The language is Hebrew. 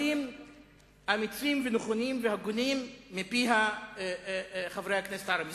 אמיצים ונכונים והגונים מפי חברי הכנסת הערבים,